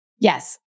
Yes